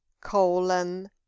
colon